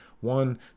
One